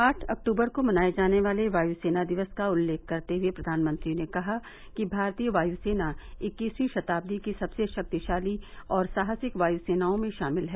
आठ अक्टूबर को मनाए जाने वाले वायु सेना दिवस का उल्लेख करते हुए प्रधानमंत्री ने कहा कि भारतीय वायु सेना इक्कीसवीं शताद्दी की सबसे शक्तिशाली और साहसिक वायू सेनाओं में शामिल है